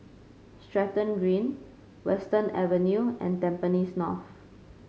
Stratton Green Western Avenue and Tampines North